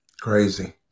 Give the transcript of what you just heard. Crazy